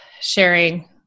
sharing